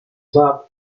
club